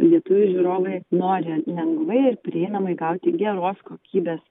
lietuvių žiūrovai nori lengvai ir prieinamai gauti geros kokybės